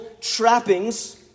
trappings